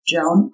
Joan